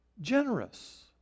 generous